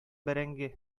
бәрәңге